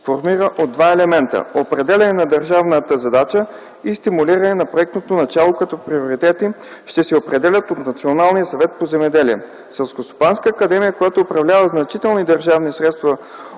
формира от два елемента: определяне на държавната задача и стимулиране на проектното начало, като приоритети ще се определят от Националния съвет по земеделие. Селскостопанската академия, която управлява значителни държавни средства